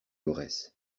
dolorès